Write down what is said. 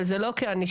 אבל זה לא כענישה,